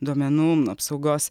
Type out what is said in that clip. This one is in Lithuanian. duomenų apsaugos